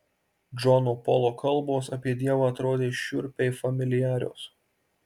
džono polo kalbos apie dievą atrodė šiurpiai familiarios